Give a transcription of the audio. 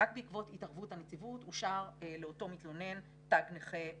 רק בעקבות התערבות הנציבות אושר לאותו מתלונן תג נכה לצמיתות.